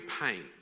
pain